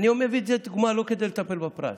אני מביא את זה כדוגמה לא כדי לטפל בפרט,